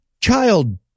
child